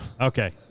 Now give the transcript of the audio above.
Okay